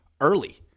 early